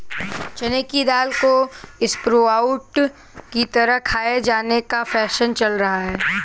चने की दाल को स्प्रोउट की तरह खाये जाने का फैशन चल रहा है